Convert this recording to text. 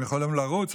הן יכולות לרוץ,